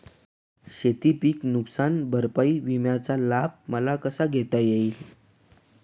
शेतीपीक नुकसान भरपाई विम्याचा लाभ मला कसा घेता येईल?